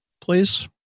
please